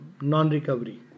non-recovery